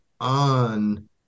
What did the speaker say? on